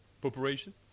preparation